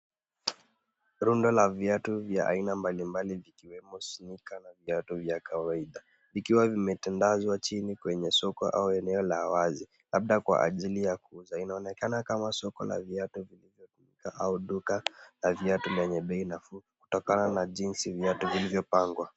Rundo la viatu vya aina mbalimbali vikiwemo sneaker na viatu vya kawaida vikiwa vimetandazwa chini kwenye soko au eneo la wazi labda kwa ajili ya kuuza. Inaonekana kama soko la viatu au duka la viatu lenye bei nafuu kutokana na jinsi viatu vilivyopangwa.